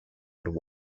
would